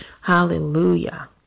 Hallelujah